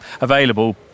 available